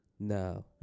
No